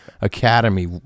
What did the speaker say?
Academy